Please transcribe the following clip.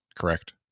correct